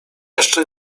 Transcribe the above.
jeszcze